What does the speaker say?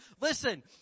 Listen